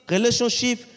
Relationship